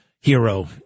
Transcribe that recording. hero